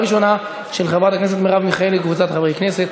של חברת הכנסת מרב מיכאלי וקבוצת חברי הכנסת,